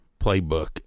playbook